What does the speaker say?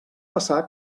passar